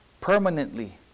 permanently